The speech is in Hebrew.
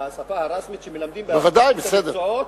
השפה הרשמית שבה מלמדים את המקצועות,